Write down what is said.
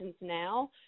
now